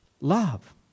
Love